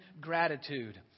gratitude